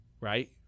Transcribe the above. right